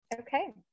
Okay